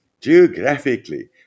Geographically